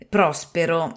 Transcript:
Prospero